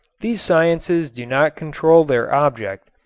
these sciences do not control their object.